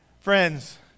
Friends